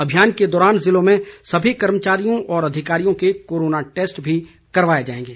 अभियान के दौरान जिलों में सभी कर्मचारियों व अधिकारियों के कोरोना टैस्ट भी करवाए जाएंगे